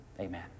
Amen